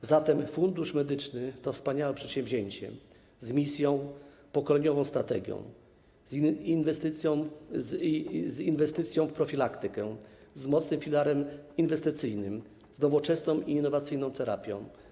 A zatem Fundusz Medyczny to wspaniałe przedsięwzięcie z misją, pokoleniową strategią, inwestycją w profilaktykę i mocnym filarem inwestycyjnym, nowoczesną i innowacyjną terapią.